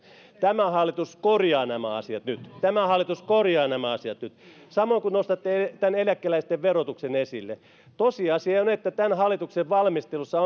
tämä hallitus korjaa nämä asiat nyt tämä hallitus korjaa nämä asiat nyt samoin kuin nostatte tämän eläkeläisten verotuksen esille tosiasia on että tämän hallituksen valmistelussa